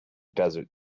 desert